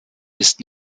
ist